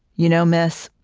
you know, miss,